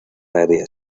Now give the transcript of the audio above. área